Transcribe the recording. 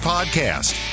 Podcast